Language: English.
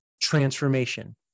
Transformation